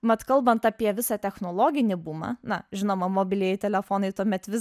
mat kalbant apie visą technologinį bumą na žinoma mobilieji telefonai tuomet vis